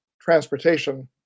transportation